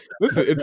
listen